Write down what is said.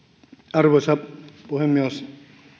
arvoisa puhemies